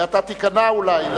ואתה תיכנע אולי.